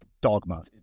dogma